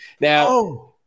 now